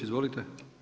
Izvolite.